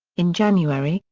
in january,